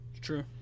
True